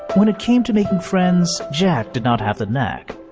when it came to making friends, jack did not have the knack.